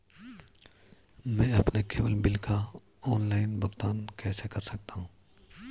मैं अपने cable bill का ऑनलाइन भुगतान कैसे कर सकता हूं?